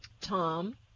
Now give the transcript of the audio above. Tom